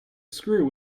screw